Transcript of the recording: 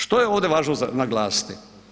Što je ovdje važno za naglasiti?